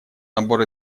набор